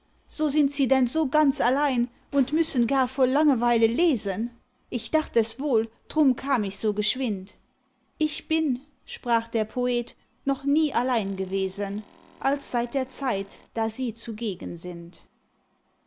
so sind sie denn so ganz allein und müssen gar vor langerweile lesen ich dacht es wohl drum kam ich so geschwind ich bin sprach der poet noch nie allein gewesen als seit der zeit da sie zugegen sind